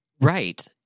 right